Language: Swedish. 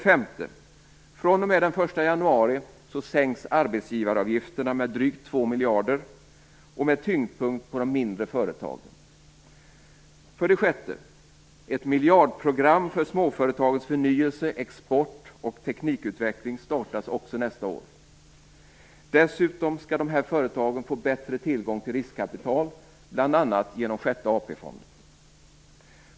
För det femte sänks arbetsgivaravgifterna den 1 För det sjätte startas nästa år ett miljardprogram för småföretagens förnyelse, export och teknikutveckling. Dessutom skall dessa företag få bättre tillgång till riskkapital bl.a. genom sjätte AP-fonden.